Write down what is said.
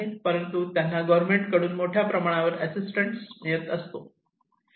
परंतु त्यांना गव्हर्मेंट कडून मोठ्या प्रमाणावर असिस्टन्स मिळत असतो